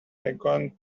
began